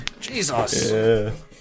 Jesus